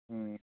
ᱦᱩᱸ